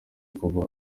kuva